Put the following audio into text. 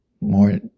More